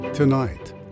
Tonight